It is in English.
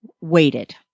waited